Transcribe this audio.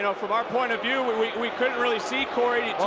you know from our point of view when we couldn't really see corey to